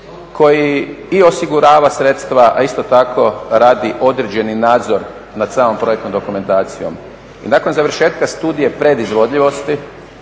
koji i osigurava sredstva, a isto tako radi određeni nadzor nad samom projektnom dokumentacijom. I nakon završetka studije predizvodljivosti